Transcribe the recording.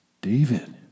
David